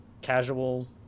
casual